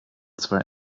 zwei